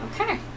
okay